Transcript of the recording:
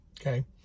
okay